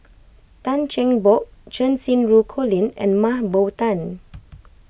Tan Cheng Bock Cheng Xinru Colin and Mah Bow Tan